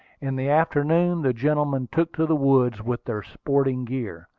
in the afternoon the gentlemen took to the woods with their sporting gear,